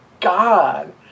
God